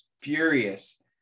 furious